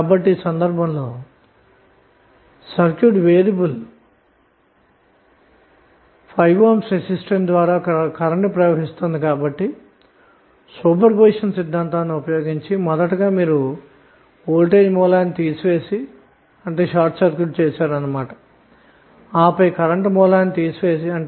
కాబట్టిఈ సందర్భంలో circuit variable అన్నది 5 Ohm రెసిస్టెన్స్ ద్వారా ప్రవహించే కరెంటు కనుగొనుటకు సూపర్ పొజిషన్ సిద్ధాంతాన్ని ఉపయోగించాము అందులో భాగంగా మొదట వోల్టేజ్ సోర్స్ ని తీసివేసాము ఆపై కరెంటు సోర్స్ ని కూడా తీసివేసాము కరెంటు విలువ ను గుణించాము